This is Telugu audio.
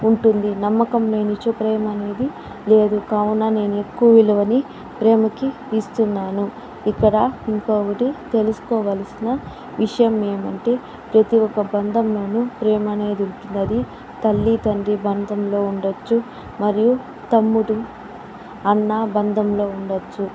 ఉంటుంది నమ్మకం లేనిచో ప్రేమనేది లేదు కావున నేను ఎక్కువ విలువని ప్రేమకి ఇస్తున్నాను ఇక్కడ ఇంకొకటి తెలుసుకోవలసిన విషయం ఏమంటే ప్రతి ఒక్క బంధంలోను ప్రేమ అనేది ఉంటుంది తల్లి తండ్రి బంధంలో ఉండవచ్చు మరియు తమ్ముడు అన్నా బంధంలో ఉండవచ్చు